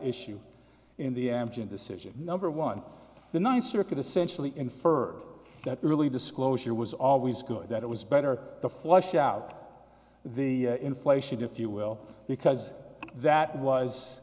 issue in the m g m decision number one the ninth circuit essentially infer that really disclosure was always good that it was better to flush out the inflation if you will because that was